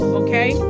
okay